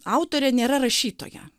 autorė nėra rašytoja